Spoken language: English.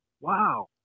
wow